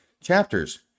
chapters